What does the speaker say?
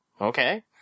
Okay